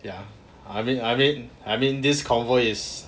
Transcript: ya I mean I mean I mean this convo is